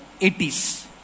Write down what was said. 80s